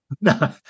No